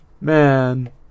man